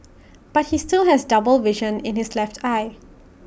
but he still has double vision in his left eye